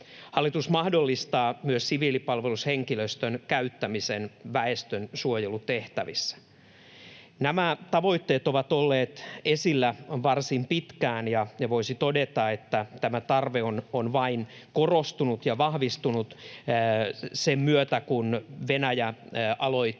Hallitus mahdollistaa myös siviilipalvelushenkilöstön käyttämisen väestönsuojelutehtävissä. Nämä tavoitteet ovat olleet esillä varsin pitkään, ja voisi todeta, että tämä tarve on vain korostunut ja vahvistunut sen myötä, kun Venäjä aloitti